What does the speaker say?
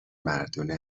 مردونه